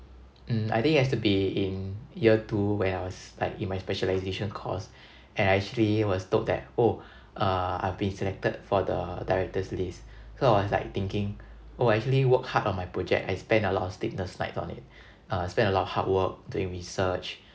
mm I think it has to be in year two where I was like in my specialisation course and I actually was told that oh uh I have been selected for the director's list so I was like thinking oh I actually worked hard on my project I spent a lot of sleepless nights on it uh spent a lot of hard work doing research